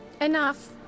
Enough